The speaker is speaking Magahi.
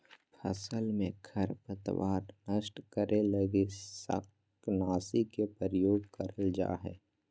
फसल में खरपतवार नष्ट करे लगी शाकनाशी के प्रयोग करल जा हइ